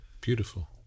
beautiful